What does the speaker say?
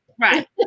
Right